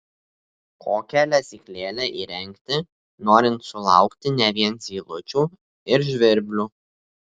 kokią lesyklėlę įrengti norint sulaukti ne vien zylučių ir žvirblių